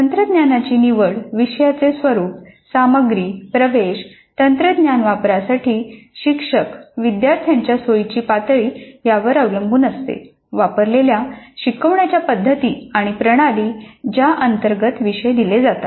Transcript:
तंत्रज्ञानाची निवड विषयांचे स्वरूप सामग्री प्रवेश तंत्रज्ञान वापरण्यासाठी शिक्षक आणि विद्यार्थ्यांच्या सोयीची पातळी यावर अवलंबून असते वापरलेल्या शिकवण्याच्या पद्धती आणि प्रणाली ज्या अंतर्गत विषय दिले जातात